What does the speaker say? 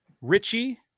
Richie